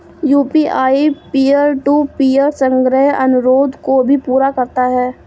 UPI peer to peer संग्रह अनुरोध को भी पूरा करता है